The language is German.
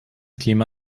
klima